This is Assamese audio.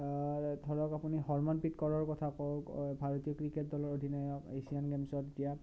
ধৰক আপুনি হৰমনপ্ৰীত কৌৰৰ কথা কওঁ ভাৰতৰ ক্ৰিকেট দলৰ অধিনায়ক এছিয়ান গেমছত এতিয়া